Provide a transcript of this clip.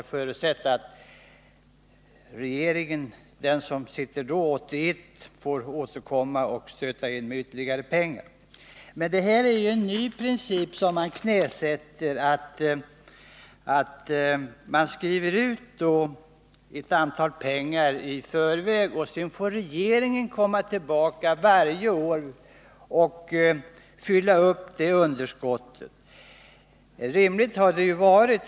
Jag förutsätter emellertid att den regering som sitter vid makten 1981 får återkomma och hjälpa till med ytterligare medel om så skulle behövas. Man knäsätter här en ny princip: Man vill skriva ut ett visst totalbelopp i förväg, och sedan får regeringen komma tillbaka varje år och — med hjälp av de medlen — fylla upp det underskott som uppstår för just det året.